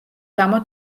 გამო